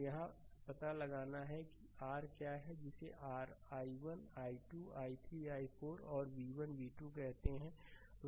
तो यहाँ यह पता लगाना है कि r क्या है जिसे r i1 i2 i3 i4 और v1 और v2 कहते हैं